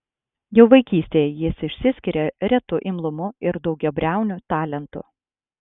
jau vaikystėje jis išsiskiria retu imlumu ir daugiabriauniu talentu